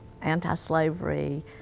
anti-slavery